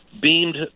beamed